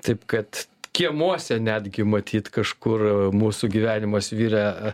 taip kad kiemuose netgi matyt kažkur mūsų gyvenimas virė